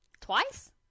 twice